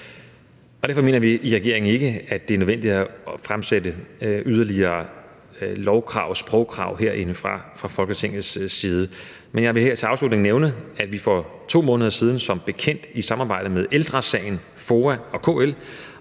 Derfor mener vi i regeringen ikke, at det er nødvendigt at fastsætte yderligere lovkrav og sprogkrav fra Folketingets side. Men jeg vil her til afslutning nævne, at vi for to måneder siden som bekendt i samarbejde med Ældre Sagen, FOA og KL